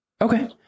Okay